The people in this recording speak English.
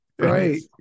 right